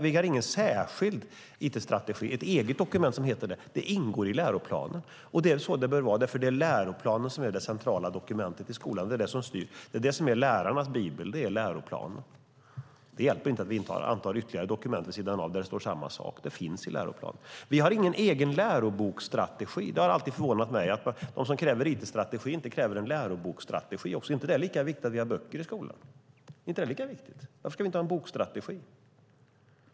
Vi har inget särskilt dokument som heter it-strategi. Det ingår i läroplanen, och det är så det bör vara, därför att det är läroplanen som är det centrala dokumentet i skolan. Det är det som styr. Det är det som är lärarnas bibel. Det är läroplanen. Det hjälper inte att vi antar ytterligare dokument vid sidan om där det står samma sak. Det finns i läroplanen. Vi har ingen egen läroboksstrategi. Det har alltid förvånat mig att de som kräver it-strategi inte kräver en läroboksstrategi också. Är det inte lika viktigt att vi har böcker i skolan? Varför ska vi inte ha en bokstrategi?